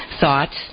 thoughts